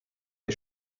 est